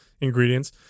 ingredients